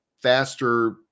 faster